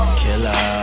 killer